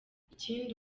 ikindi